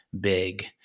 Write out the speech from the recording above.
big